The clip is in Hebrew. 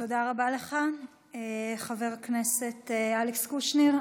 תודה רבה לך, חבר הכנסת אלכס קושניר.